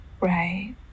Right